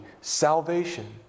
salvation